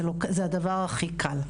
זה הדבר הכי קל.